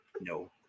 No